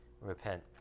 repent